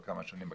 אבל